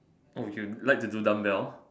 oh you like to do dumbbell